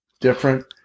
different